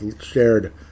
shared